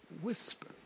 whisper